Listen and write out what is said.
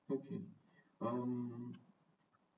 okay um